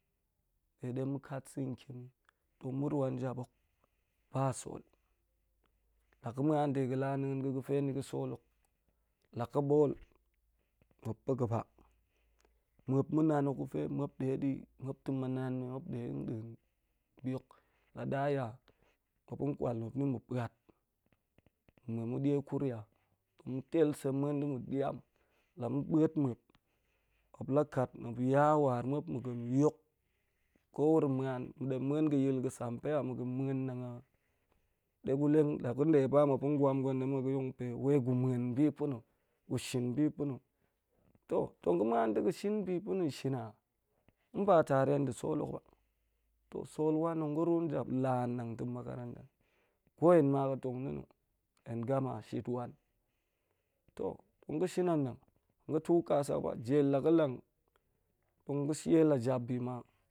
De ɗe ma̱ kat sa̱ntiem i tong ma̱ ruan jap hok ba sol, la ga̱ muan de ga̱ la'a min ga̱ ga̱fe niga̱ sol hok, la ga̱ bot sol i, muop ma̱ nan hok ga̱fe muop ga̱ sol hok ndeɗi, muop ta̱ ma̱ nan men i nde ndiin la daya muop kwa muop yin ma̱ puat, muan ma̱ die kuriya ma̱ tel sem ma̱ muen da̱ ma̱ ɗiam la ma̱ buet nmuep muop la kat, muop ya war muop yok ko wuro muan, ma̱dem muen ga̱yil ga̱ sampe. Ma muen nnang a? De ma̱ leng i la gunnɗe ba muop yong npe wei gu muen ɓi pa̱ na̱ gu shin ɓi pa̱ na̱ tong ga̱ muan da̱ ga̱ shin bi pa̱ na̱ shina nba nda̱ sol hok ba to sol wan nga ruan jap ko la nɗang nta̱mmakaran ta? Ko hen ma ga̱ tong na̱nna̱ hen gama, shit wan tong ga̱ shin na dang, nga̱ tu ɗa sak ba ja lagalan ngusye lajabima